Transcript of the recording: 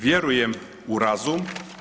Vjerujem u razum.